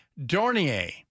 Dornier